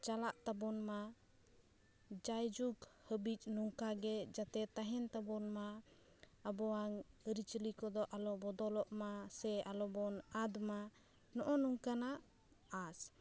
ᱪᱟᱞᱟᱜ ᱛᱟᱵᱚᱱ ᱢᱟ ᱡᱟᱭᱡᱩᱜᱽ ᱦᱟᱹᱵᱤᱡᱽ ᱱᱚᱝᱠᱟ ᱜᱮ ᱡᱟᱛᱮ ᱛᱟᱦᱮᱱ ᱛᱟᱵᱚᱱ ᱢᱟ ᱟᱵᱚᱣᱟᱝ ᱟᱹᱨᱤ ᱪᱟᱹᱞᱤ ᱠᱚᱫᱚ ᱟᱞᱚ ᱵᱚᱫᱚᱞᱚᱜ ᱢᱟ ᱥᱮ ᱟᱞᱚ ᱵᱚᱱ ᱟᱫᱽ ᱢᱟ ᱱᱚᱜᱼᱚᱭ ᱱᱚᱝᱠᱟᱱᱟᱜ ᱟᱸᱥ